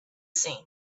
seen